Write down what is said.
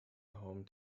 home